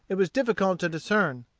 it was difficult to discern.